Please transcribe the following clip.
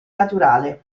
naturale